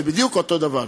זה בדיוק אותו הדבר.